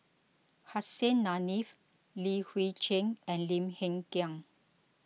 Hussein Haniff Li Hui Cheng and Lim Hng Kiang